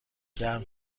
گرم